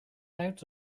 out